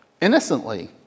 innocently